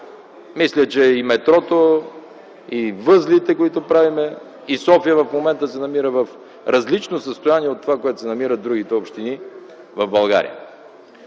мисля, че и метрото, и възлите, които правим, и София в момента се намира в различно състояние от това, в което се намират другите общини в България.